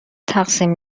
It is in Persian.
تقسیم